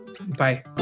Bye